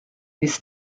this